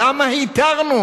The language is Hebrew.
למה התרנו